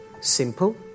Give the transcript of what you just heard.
Simple